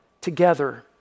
together